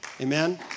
Amen